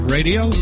Radio